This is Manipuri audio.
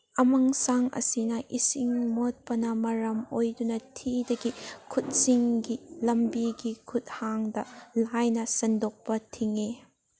ꯑꯃꯥꯡꯁꯪ ꯑꯁꯤꯅ ꯏꯁꯤꯡ ꯃꯣꯠꯄꯅ ꯃꯔꯝ ꯑꯣꯏꯗꯨꯅ ꯊꯤꯗꯒꯤ ꯈꯨꯠꯁꯤꯡꯒꯤ ꯂꯝꯕꯤꯒꯤ ꯈꯨꯊꯥꯡꯗ ꯍꯥꯏꯅ ꯁꯟꯗꯣꯛꯄ ꯊꯤꯡꯏ